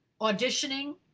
auditioning